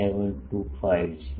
3725 છે